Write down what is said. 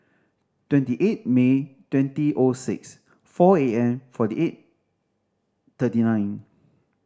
twenty eight May twenty O six four A N forty eight thirty nine